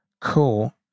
Cool